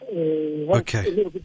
Okay